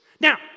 Now